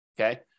okay